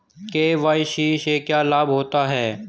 KYC से क्या लाभ होता है?